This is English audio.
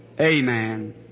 Amen